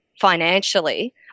financially